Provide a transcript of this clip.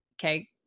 okay